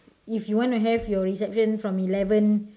if you wanna have your reception from eleven